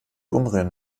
umrühren